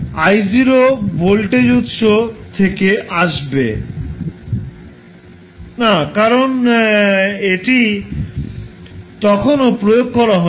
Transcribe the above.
I0 voltage উত্স থেকে আসবে না কারণ এটি তখনও প্রয়োগ করা হয়নি